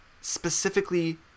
specifically